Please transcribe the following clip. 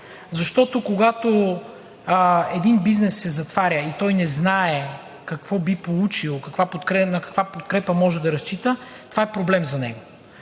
Когато един бизнес се затваря и не знае какво би получил, на каква подкрепа може да разчита, това е проблем за него.